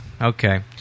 Okay